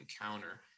encounter